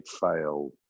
fail